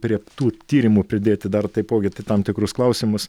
prie tų tyrimų pridėti dar taipogi ti tam tikrus klausimus